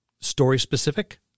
story-specific